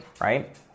right